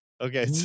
Okay